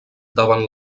davant